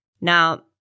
Now